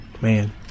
Man